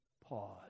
pause